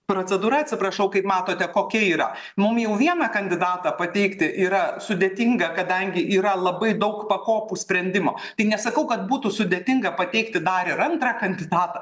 procedūra atsiprašau kaip matote kokia yra mum jau vieną kandidatą pateikti yra sudėtinga kadangi yra labai daug pakopų sprendimo tai nesakau kad būtų sudėtinga pateikti dar ir antrą kandidatą